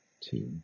two